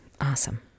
Awesome